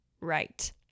right